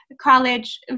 college